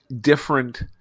different